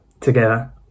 together